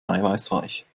eiweißreich